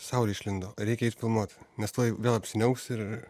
saulė išlindo reikia eit filmuot nes tuoj vėl apsiniauks ir